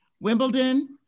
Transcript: Wimbledon